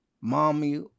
mommy